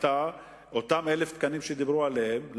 אותם 1,000 תקנים שדיברו עליהם,